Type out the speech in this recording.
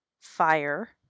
fire